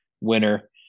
winner